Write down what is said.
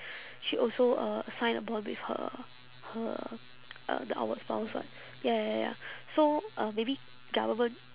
she also uh sign a bond with her her uh the outward bound [what] ya ya ya ya so uh maybe government